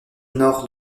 nord